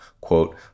quote